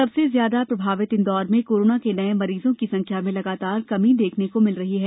सबसे ज्यादा प्रभावित इंदौर में कोरोना के नये मरीजों की संख्या में लगातार कमी देखने को मिल रही है